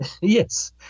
Yes